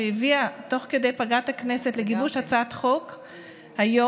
שהביאה תוך כדי פגרת הכנסת לגיבוש הצעת חוק היום,